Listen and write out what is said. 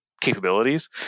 capabilities